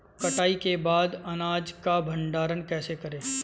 कटाई के बाद अनाज का भंडारण कैसे करें?